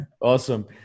Awesome